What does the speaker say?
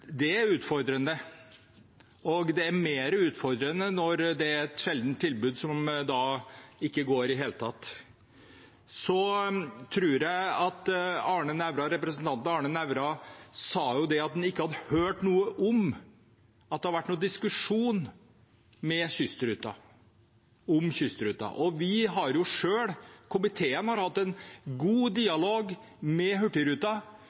Det er utfordrende. Det er mer utfordrende når det er et sjeldent tilbud som ikke går i det hele tatt. Så tror jeg representanten Arne Nævra sa at han ikke hadde hørt noe om at det hadde vært noen diskusjon om kystruten. Vi har jo selv, i komiteen, hatt en god dialog med Hurtigruten